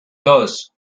dos